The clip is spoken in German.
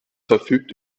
verfügt